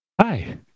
hi